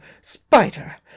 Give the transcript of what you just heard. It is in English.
Spider